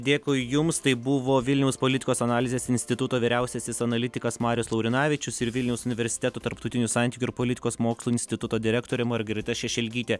dėkui jums tai buvo vilniaus politikos analizės instituto vyriausiasis analitikas marius laurinavičius ir vilniaus universiteto tarptautinių santykių ir politikos mokslų instituto direktorė margarita šešelgytė